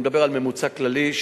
אני מדבר על ממוצע כללי,